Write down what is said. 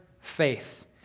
faith